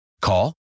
Call